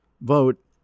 vote